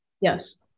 Yes